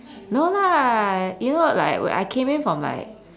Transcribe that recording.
no lah you know like I I came in from like